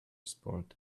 sport